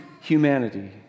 humanity